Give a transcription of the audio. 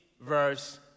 verse